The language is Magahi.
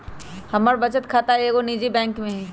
हमर बचत खता एगो निजी बैंक में हइ